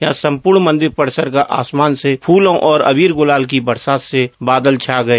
यहां सम्पूर्ण मंदिर परिसर का आसमान से फूलों और अबीर गुलाल की बरसात से बादल छा गए